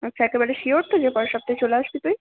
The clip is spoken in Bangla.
আচ্ছা একেবারে শিওর তো যে পরের সপ্তাহে চলে আসবি তুই